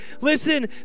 listen